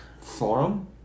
Forum